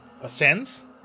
ascends